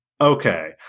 Okay